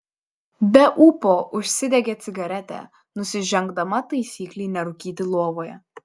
be ūpo užsidegė cigaretę nusižengdama taisyklei nerūkyti lovoje